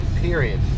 period